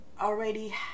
already